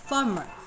Farmer，